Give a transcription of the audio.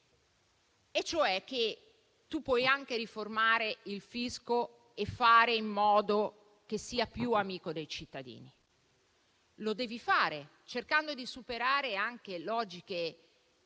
Presidente. Si può anche riformare il fisco e fare in modo che sia più amico dei cittadini: lo si deve fare cercando di superare anche logiche